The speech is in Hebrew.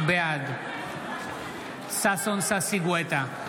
בעד ששון ששי גואטה,